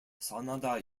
sanada